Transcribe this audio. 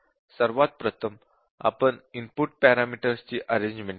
सर्वात प्रथम आपण इनपुट पॅरामीटर्सची अरेन्ज्मन्ट केली